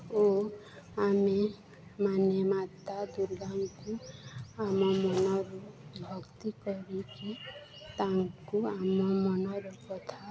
ଓ ଆମେମାନେ ମାତା ଦୂର୍ଗାଙ୍କୁ ଆମ ମନରୁ ଭକ୍ତି କରିକି ତାଙ୍କୁ ଆମ ମନର କଥା